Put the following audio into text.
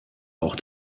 auch